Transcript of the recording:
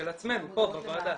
של עצמנו פה בוועדה,